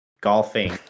Golfing